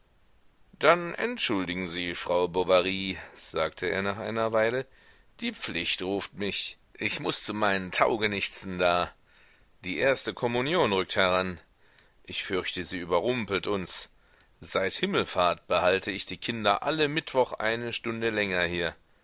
dann entschuldigen sie frau bovary sagte er nach einer weile die pflicht ruft mich ich muß zu meinen taugenichtsen da die erste kommunion rückt heran ich fürchte sie überrumpelt uns seit himmelfahrt behalte ich die kinder alle mittwoch eine stunde länger hier